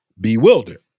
bewildered